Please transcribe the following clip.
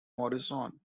morrison